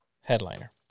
headliner